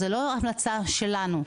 זה לא המלצה שלנו.